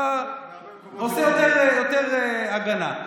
אתה עושה יותר הגנה.